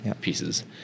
pieces